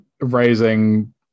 raising